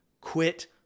Quit